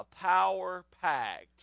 power-packed